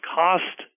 cost